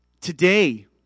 Today